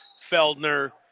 Feldner